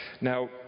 Now